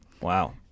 Wow